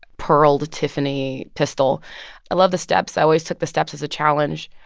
pearled tiffany pistol i love the steps. i always took the steps as a challenge.